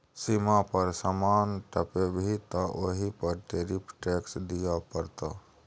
सीमा पर समान टपेभी तँ ओहि पर टैरिफ टैक्स दिअ पड़तौ